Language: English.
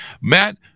Matt